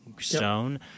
stone